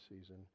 season